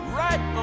right